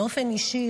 באופן אישי,